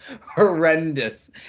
horrendous